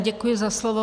Děkuji za slovo.